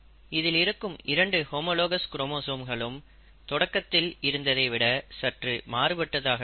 இதில் இருக்கும் இரண்டு ஹோமோலாகஸ் குரோமோசோம்களும் தொடக்கத்தில் இருந்ததை விட சற்று மாறுபட்டதாகவே இருக்கும்